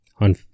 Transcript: on